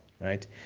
right